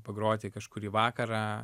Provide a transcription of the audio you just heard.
pagroti kažkurį vakarą